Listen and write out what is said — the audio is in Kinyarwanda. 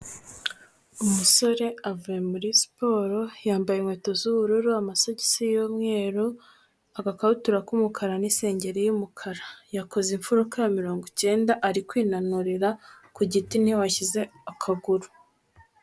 Umusore avuye muri siporo yambaye inkweto z'ubururu, amasogisi y'umweru, agakabutura k'umukara n'isengeri y'umukara, yakoze imfuruka ya mirongo icyenda ari kwinanurira ku giti niho yashyize akaguru.